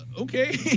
okay